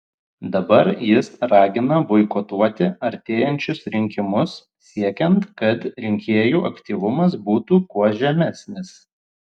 dabar jis ragina boikotuoti artėjančius rinkimus siekiant kad rinkėjų aktyvumas būtų kuo žemesnis